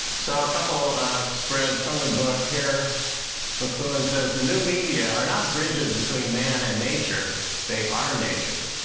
so, a couple spreads from the book here mcluhan says, the new media are not bridges between man and nature they are nature.